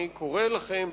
אני קורא לכם,